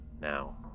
now